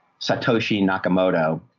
satoshi nakamoto.